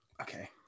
Okay